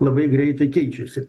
labai greitai keičiasi